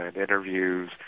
interviews